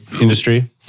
industry